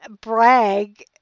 brag